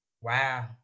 Wow